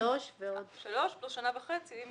שלוש פלוס שנה וחצי.